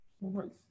right